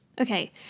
Okay